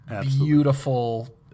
beautiful